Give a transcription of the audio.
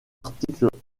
articles